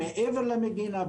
מעבר למדינה,